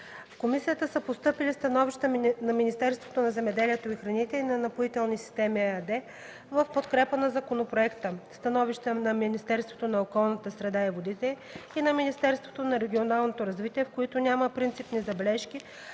комисията са постъпили становища на Министерството на земеделието и храните и на „Напоителни системи” ЕАД в подкрепа на законопроекта, становища на Министерството на околната среда и водите и на Министерството на регионалното развитие, в които няма принципни забележки,